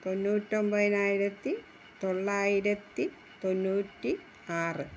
തൊണ്ണൂറ്റൊൻപതിനായിരത്തി തൊള്ളായിരത്തി തൊണ്ണൂറ്റി ആറ്